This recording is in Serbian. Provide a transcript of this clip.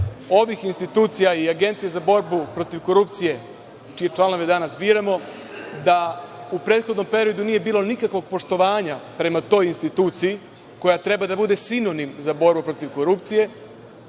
ovih institucija i Agencije za borbu protiv korupcije čije članove danas biramo, u prethodnom periodu nije bilo nikakvog poštovanja prema toj instituciji koja treba da bude sinonim za borbu protiv korupcije